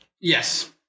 Yes